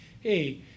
hey